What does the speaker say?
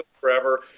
forever